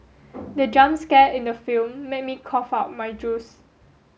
the jump scare in the film made me cough out my juice